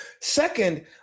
Second